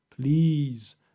Please